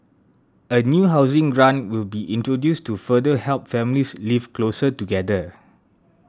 a new housing grant will be introduced to further help families live closer together